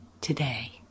today